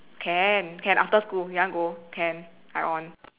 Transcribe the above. can can after school you want go can I on